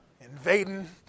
invading